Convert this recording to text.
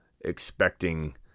expecting